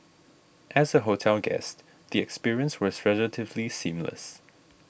as a hotel guest the experience was relatively seamless